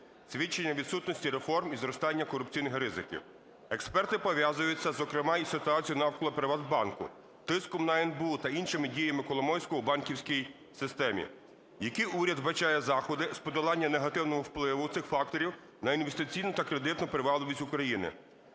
свідченням відсутності реформ і зростання корупційних ризиків. Експерти пов'язують це, зокрема, з ситуацією навколо "ПриватБанку", тиском на НБУ та іншими діями Коломойського в банківській системі. Які уряд вбачає заходи з подоланням негативного впливу цих факторів на інвестиційну та кредитну привабливість України?